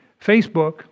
Facebook